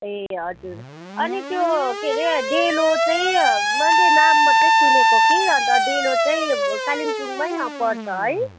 ए हजुर अनि त्यो के रे डेलो चाहिँ मैले नाम मात्रै सुनेको कि अन्त डेलो चाहिँ कालिम्पोङमै पर्छ है